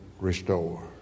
restore